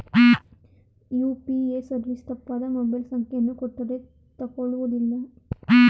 UPA service ತಪ್ಪಾದ mobile ಸಂಖ್ಯೆಯನ್ನು ಕೊಟ್ಟರೇ ತಕೊಳ್ಳುವುದಿಲ್ಲ